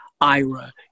IRA